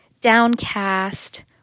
downcast